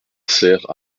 serre